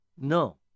No